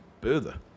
further